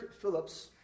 Phillips